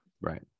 Right